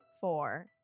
four